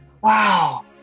Wow